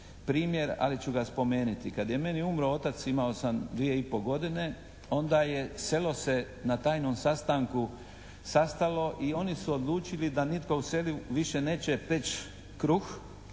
primjer, ali ću ga spomeniti. Kad je meni umro otac imao sam 2,5 godine onda selo se na tajnom sastanku sastalo i oni su odlučili da nitko u selu više neće peći kruh